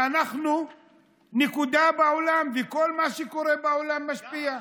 ואנחנו נקודה בעולם, וכל מה שקורה בעולם משפיע.